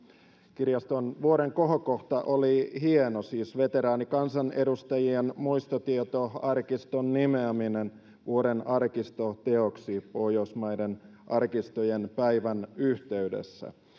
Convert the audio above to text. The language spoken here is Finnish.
kirjaston vuoden kohokohta oli hieno siis veteraanikansanedustajien muistotietoarkiston nimeäminen vuoden arkistoteoksi pohjoismaisen arkistojen päivän yhteydessä myös